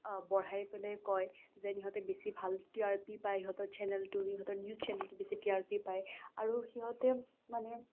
বঢ়াই পেলে কয় যেন ইহঁতে বেছি ভাল টি আৰ পি পাই সিহঁতৰ চেনেলটোৰ সিহঁতৰ নিউজ চেনেলটোৰ টি আৰ পি পায় আৰু সিহঁতে মানে